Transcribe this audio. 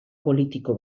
politiko